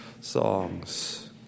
songs